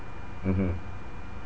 mmhmm